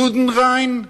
"יודנריין",